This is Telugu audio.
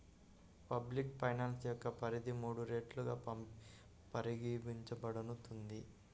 పబ్లిక్ ఫైనాన్స్ యొక్క పరిధి మూడు రెట్లుగా పరిగణించబడుతుంది